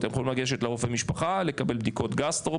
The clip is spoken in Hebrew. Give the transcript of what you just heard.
אתם יכולים לגשת לרופא המשפחה ולקבל בדיקות גסטרו,